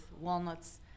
walnuts